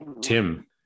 tim